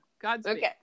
Godspeed